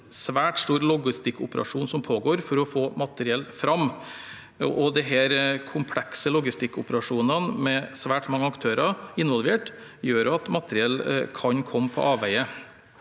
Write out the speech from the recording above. behov og en svært stor logistikkoperasjon som pågår for å få materiell fram. Disse komplekse logistikkoperasjonene, med svært mange aktører involvert, gjør at materiell kan komme på avveier.